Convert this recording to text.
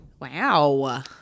Wow